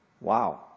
Wow